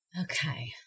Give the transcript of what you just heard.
Okay